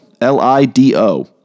L-I-D-O